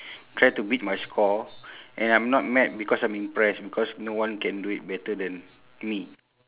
try to beat my score and I'm not mad because I'm impressed because no one can do it better than me